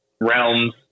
realms